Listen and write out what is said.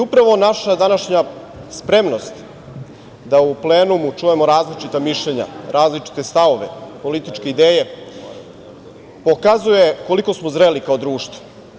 Upravo naša današnja spremnost da u plenumu čujemo različita mišljenja, različite stavove, političke ideje, pokazuje koliko smo zreli kao društvo.